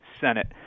Senate